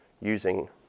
using